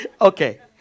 Okay